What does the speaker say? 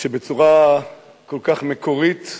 שבצורה כל כך מקורית,